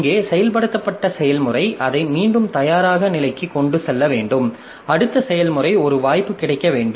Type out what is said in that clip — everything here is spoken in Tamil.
இங்கே செயல்படுத்தப்பட்ட செயல்முறை அதை மீண்டும் தயாராக நிலைக்கு கொண்டு செல்ல வேண்டும் அடுத்த செயல்முறைக்கு ஒரு வாய்ப்பு கிடைக்க வேண்டும்